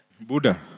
Buddha